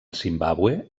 zimbàbue